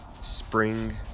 spring